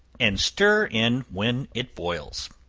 and stir in when it boils.